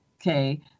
okay